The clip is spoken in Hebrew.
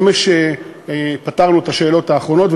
אמש פתרנו את השאלות האחרונות,